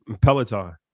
Peloton